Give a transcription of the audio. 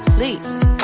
Please